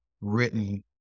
written